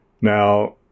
now